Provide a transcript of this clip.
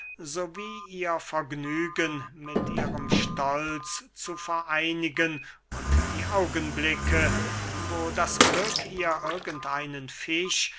so wie ihr vergnügen mit ihrem stolz zu vereinigen und die augenblicke wo das glück ihr irgend einen